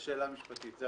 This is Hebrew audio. אני